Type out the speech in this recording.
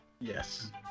Yes